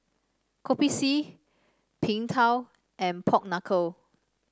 Kopi C Png Tao and Pork Knuckle